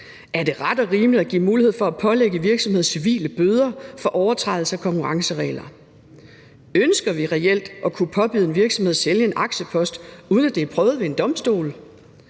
Er det ret og rimeligt at give mulighed for at pålægge virksomheder civile bøder for overtrædelse af konkurrenceregler? Ønsker vi reelt at kunne påbyde en virksomhed at sælge en aktiepost, uden at det er prøvet ved en domstol?